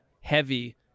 heavy